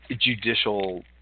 judicial